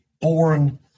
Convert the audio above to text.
born